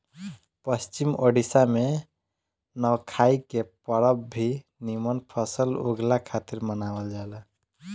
पश्चिम ओडिसा में नवाखाई के परब भी निमन फसल उगला खातिर मनावल जाला